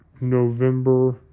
November